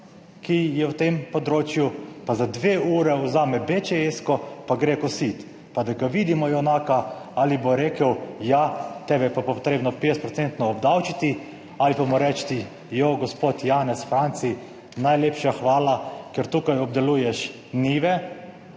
ki je v tem področju, pa za dve uri vzame bečesko, pa gre kosit, pa da ga vidimo junaka ali bo rekel ja, tega je pa potrebno 50 % obdavčiti ali pa mu reči, ja, gospod Janez, Franci, najlepša hvala, ker tukaj obdeluješ njive,